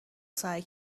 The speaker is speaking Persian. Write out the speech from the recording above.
سعی